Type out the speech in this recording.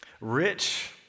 rich